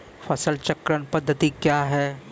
फसल चक्रण पद्धति क्या हैं?